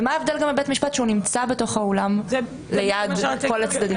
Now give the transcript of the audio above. ומה ההבדל גם בבית המשפט כשהוא נמצא בתוך האולם ליד כל הצדדים?